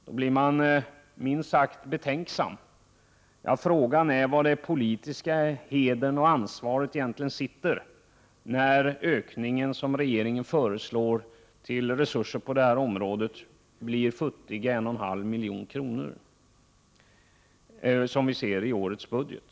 Man blir minst sagt betänksam, och frågan är var den politiska hedern och ansvaret egentligen finns när den ökning som regeringen föreslår på det här området blir de futtiga 1,5 milj.kr. i årets budget.